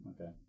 Okay